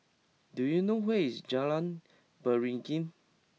do you know where is Jalan Beringin